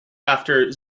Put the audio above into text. after